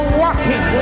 walking